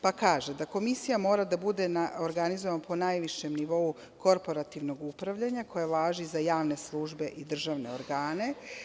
Pa kaže, da Komisija mora da bude organizovana po najvišem nivou korporativnog upravljanja koja važi za javne službe i državne organe.